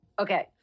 Okay